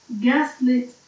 gaslit